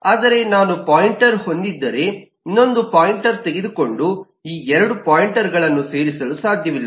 ಆದರೆ ನಾನು ಪಾಯಿಂಟರ್ ಹೊಂದಿದ್ದರೆ ಇನ್ನೊಂದು ಪಾಯಿಂಟರ್ ತೆಗೆದುಕೊಂಡು ಈ 2 ಪಾಯಿಂಟರ್ಗಳನ್ನು ಸೇರಿಸಲು ಸಾಧ್ಯವಿಲ್ಲ